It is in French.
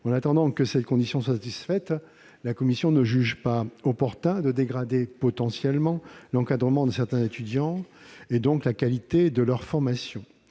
En attendant que cette condition soit remplie, la commission ne juge pas opportun de dégrader potentiellement l'encadrement de certains étudiants, et donc la qualité de leur formation.